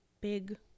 big